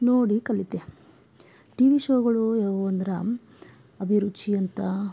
ನೋಡಿ ಕಲಿತೆ T V ಶೋಗಳು ಯಾವುವಂದರ ಅಭಿರುಚಿ ಅಂತ